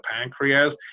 pancreas